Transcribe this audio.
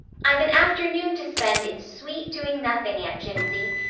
i've an afternoon to spend in sweet doing nothing, aunt jimsie.